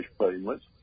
payments